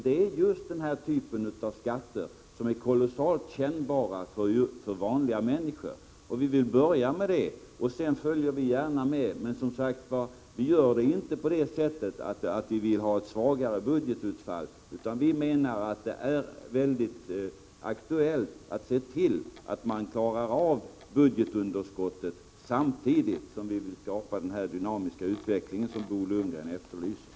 Det är just skatter av den typen som är kolossalt kännbara för vanliga människor. Vi vill börja med dem, och sedan följer vi gärna med. Men vi gör det som sagt inte på det sättet att vi vill ha ett svagare budgetutfall. Vi menar att det är väldigt angeläget att se till att man klarar av budgetunderskottet, samtidigt som vi vill skapa den dynamiska utveckling som Bo Lundgren efterlyser.